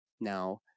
now